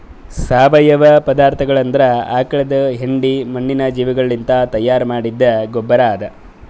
ಸಾವಯವ ಪದಾರ್ಥಗೊಳ್ ಅಂದುರ್ ಆಕುಳದ್ ಹೆಂಡಿ, ಮಣ್ಣಿನ ಜೀವಿಗೊಳಲಿಂತ್ ತೈಯಾರ್ ಮಾಡಿದ್ದ ಗೊಬ್ಬರ್ ಅದಾ